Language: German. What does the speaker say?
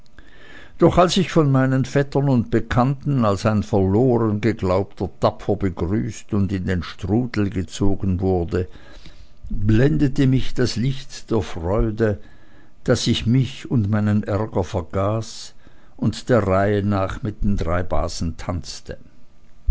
doch als ich von meinen vettern und bekannten als ein verloren geglaubter tapfer begrüßt und in den strudel gezogen wurde blendete mich das licht der freude daß ich mich und meinen ärger vergaß und der reihe nach mit den drei basen tanzte